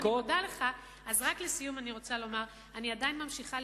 אני רוצה לומר שאני עדיין ממשיכה